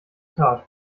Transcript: tat